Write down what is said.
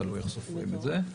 תלוי איך סופרים את זה.